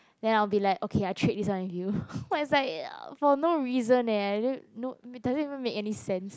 then i'll be like okay I trade this one in you it's like for no reasons eh i don't know doesn't even make any sense